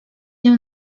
nią